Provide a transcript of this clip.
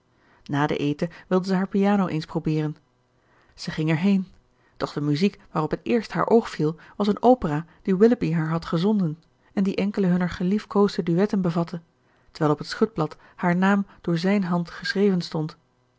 na den eten wilde zij haar piano eens probeeren zij ging erheen doch de muziek waarop het eerst haar oog viel was eene opera die willoughby haar had gezonden en die enkele hunner geliefkoosde duetten bevatte terwijl op het schutblad haar naam door zijne hand geschreven stond